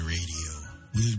Radio